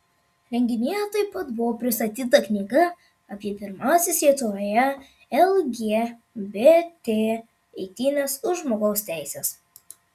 renginyje taip pat buvo pristatyta knyga apie pirmąsias lietuvoje lgbt eitynes už žmogaus teises